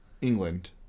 England